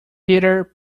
peter